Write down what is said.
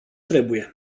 trebuie